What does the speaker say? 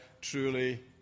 truly